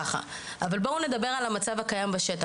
אבל בואו נדבר על המצב הקיים בשטח.